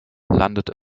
landet